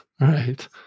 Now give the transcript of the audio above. Right